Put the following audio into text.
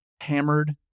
hammered